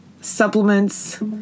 supplements